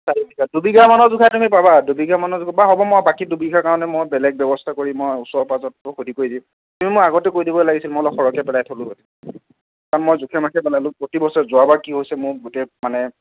চাৰি বিঘা দুবিঘামানৰ জোখাৰে তুমি পাবা দুবিঘা মানৰ বা হ'ব মই বাকী দুবিঘাৰ কাৰণে মই বেলেগ ব্যৱস্থা কৰি মই ওচৰ পাঁজৰতো সুধি কৰি দিম তুমি মোক আগতে কৈ দিব লাগিছিল মই অলপ সৰহকৈ পেলাই থলোঁ হয় কাৰণ মই জোখে মাখে পেলালোঁ প্ৰতিবছৰে যোৱাবাৰ কি হৈছে মোৰ গোটেই মানে